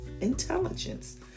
intelligence